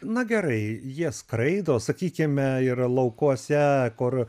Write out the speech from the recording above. na gerai jie skraido sakykime ir laukuose kur